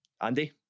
Andy